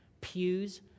pews